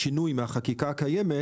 בשינוי מהחקיקה הקיימת,